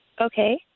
Okay